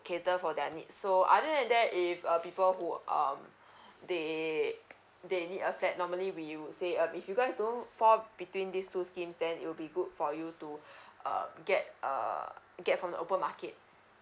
cater for their needs so other than that if uh people who um they they need a flat normally we would say uh if you guys don't fall between these two schemes then it will be good for you to uh get uh get from the open market